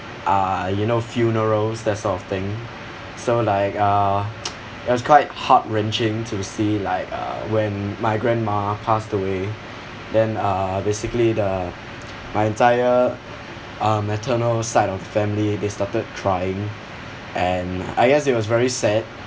uh you know funerals that sort of thing so like uh it was quite heart wrenching to see like uh when my grandma passed away then uh basically the my entire uh maternal side of family they started crying and I guess it was very sad